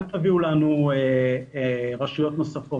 אל תביאו לנו רשויות נוספות,